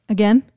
Again